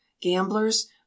Gamblers